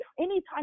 anytime